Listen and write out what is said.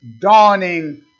dawning